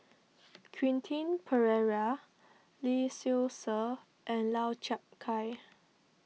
Quentin Pereira Lee Seow Ser and Lau Chiap Khai